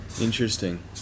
Interesting